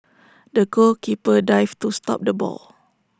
the goalkeeper dived to stop the ball